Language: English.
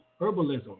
herbalism